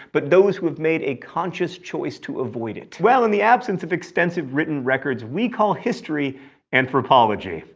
but those who have made a conscious choice to avoid it? well, in the absence of extensive written records, we call history anthropology.